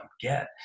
get